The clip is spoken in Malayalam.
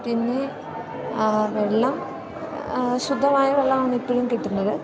പിന്നെ വെള്ളം ശുദ്ധമായ വെള്ളമാണ് ഇപ്പോഴും കിട്ടുന്നത്